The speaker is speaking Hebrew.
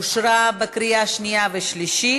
אושרה בקריאה שנייה ושלישית,